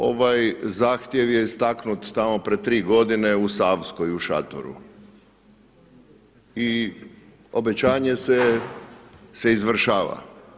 Ovaj zahtjev je istaknut tamo pred tri godine u Savskoj u šatoru i obećanje se izvršava.